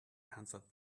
answered